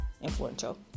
influential